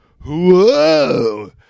whoa